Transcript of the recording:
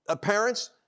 parents